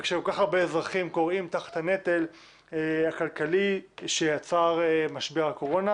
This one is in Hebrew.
וכשכל כך הרבה אזרחים כורעים תחת הנטל הכלכלי שיצר משבר הקורונה.